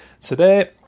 Today